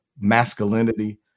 masculinity